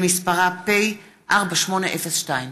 שמספרה פ/4802/20.